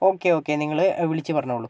okay okay നിങ്ങൾ വിളിച്ച് പറഞ്ഞോളൂ